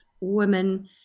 women